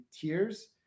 tiers